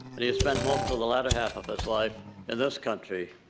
and he has spent most of the latter half of his life in this country.